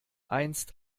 einst